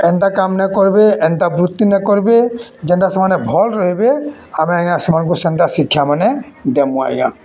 ଏନ୍ତା କାମ୍ ନାଇ କର୍ବେ ଏନ୍ତା ବୃତ୍ତି ନାଇ କର୍ବେ ଯେନ୍ତା ସେମାନେ ଭଲ୍ ରହେବେ ଆମେ ଆଜ୍ଞା ସେମାନଙ୍କୁ ସେନ୍ତା ଶିକ୍ଷାମାନେ ଦେମୁ ଆଜ୍ଞା